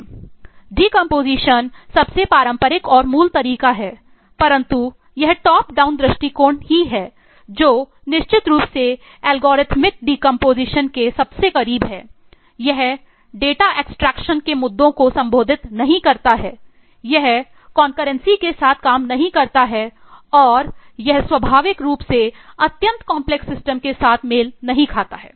decomposition के साथ मेल नहीं खाता है